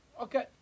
Okay